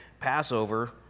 Passover